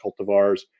cultivars